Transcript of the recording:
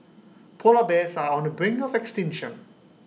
Polar Bears are on the brink of extinction